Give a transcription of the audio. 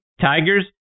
Tigers